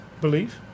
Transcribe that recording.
belief